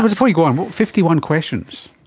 before you go on, fifty one questions?